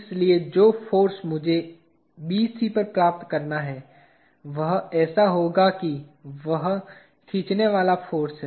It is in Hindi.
इसलिए जो फाॅर्स मुझे BC पर प्राप्त करना है वह ऐसा होगा कि वह खींचने वाला फाॅर्स है